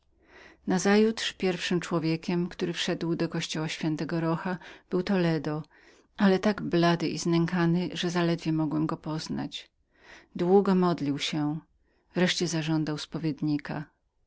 snem nazajutrz pierwszym który wszedł do kościoła ś rocha był toledo ale tak blady i zmęczony że zaledwie mogłem go poznać długo modlił się wreszcie zażądał spowiednika gdy